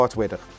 Twitter